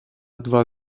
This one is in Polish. dwa